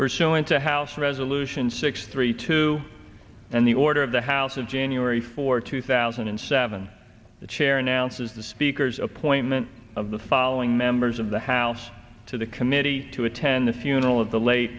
for showing to house resolution six three two and the order of the house of january for two thousand and seven the chair announces the speaker's appointment of the following members of the house to the committee to attend the funeral of the late